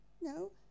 No